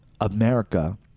America